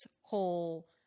whole